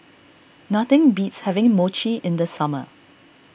nothing beats having Mochi in the summer